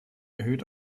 erhöht